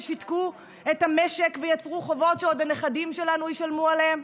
ששיתקו את המשק ויצרו חובות שעוד הנכדים שלנו ישלמו עליהם,